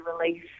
release